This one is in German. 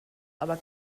aber